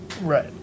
Right